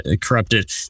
corrupted